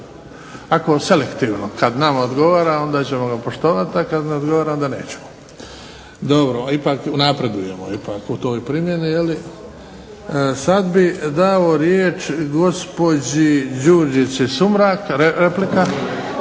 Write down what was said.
Ovako selektivno, kada nama odgovara onda ćemo ga poštovati, kada ne odgovara onda nećemo. Dobro, ipak napredujemo u toj primjeni. Sada bih dao riječ gospođi Đurđici Sumrak, replika.